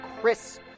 Chris